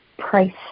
price